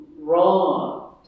Wrong